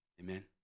Amen